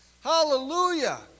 Hallelujah